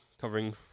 covering